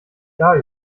jahr